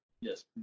Yes